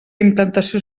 implantació